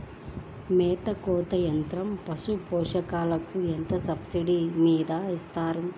మేత కోత యంత్రం పశుపోషకాలకు ఎంత సబ్సిడీ మీద ఇస్తారు?